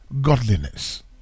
godliness